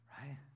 Right